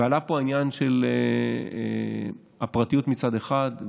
ועלה העניין של הפרטיות מצד אחד,